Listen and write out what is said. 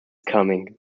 coming